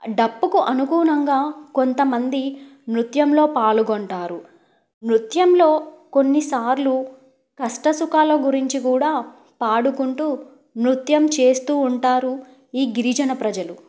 డప్పుకు అనుగుణంగా కొంతమంది నృత్యంలో పాల్గొంటారు నృత్యంలో కొన్నిసార్లు కష్టసుఖాల గురించి కూడా పాడుకుంటూ నృత్యం చేస్తూ ఉంటారు ఈ గిరిజన ప్రజలు